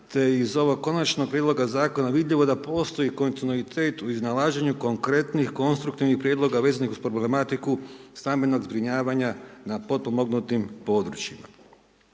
te iz ovog Konačnog prijedloga Zakona, vidljivo da postoji kontinuitet u iznalaženju konkretnih konstruktivnih prijedloga vezanih uz problematiku stambenog zbrinjavanja na potpomognutim područjima.